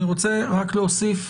אני רוצה רק להוסיף,